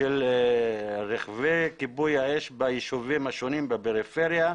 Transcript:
של רכבי כיבוי האש בישובים השונים בפריפריה,